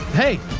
hey,